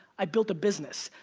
i built a business.